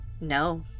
No